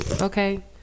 Okay